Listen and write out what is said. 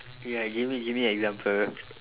ya give me give me example